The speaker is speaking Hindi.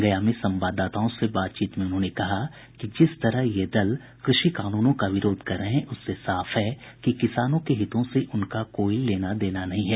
गया में संवाददाताओं से बातचीत में उन्होंने कहा कि जिस तरह से ये दल कृषि कानूनों का विरोध कर रहे हैं उससे साफ है कि किसानों के हितों से उनका कोई लेना देना नहीं है